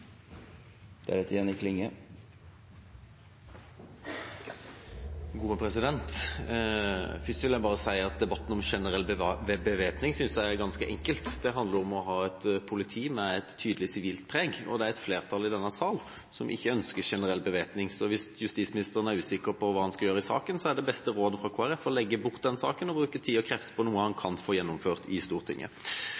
Først vil jeg bare si at jeg synes debatten om generell bevæpning er ganske enkel. Det handler om å ha et politi med et tydelig sivilt preg. Det er et flertall i denne sal som ikke ønsker generell bevæpning, så hvis justisministeren er usikker på hva han skal gjøre i saken, er det beste rådet fra Kristelig Folkeparti å legge saken bort og bruke tid og krefter på noe han